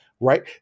right